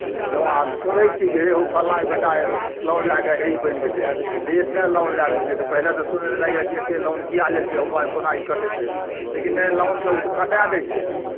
जँ आ सुनै छियै कि हे ओ फल्लाँके बेटा लोन लए कऽ हे ई बनि गेलै हे इतना लोन लए लेलकै तऽ पहिले तऽ सुनयमे लगै कि एतेक लोन किएक लेलकै हौ भाय कोना ई कटयतै लेकिन नहि लोनके ओ तऽ कटाए दै छै